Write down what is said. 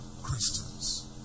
Christians